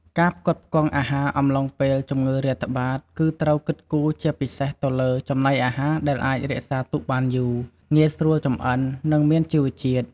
ការផ្គត់ផ្គង់អាហារអំឡុងពេលជំងឺរាតត្បាត គឺត្រូវគិតគូរជាពិសេសទៅលើ ចំណីអាហារដែលអាចរក្សាទុកបានយូរ ងាយស្រួលចម្អិន និងមានជីវជាតិ។